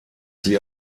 sie